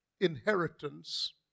Inheritance